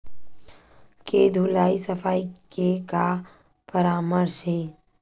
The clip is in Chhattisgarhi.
के धुलाई सफाई के का परामर्श हे?